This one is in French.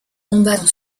combattent